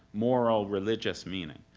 moral religious meaning,